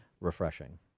refreshing